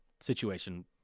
situation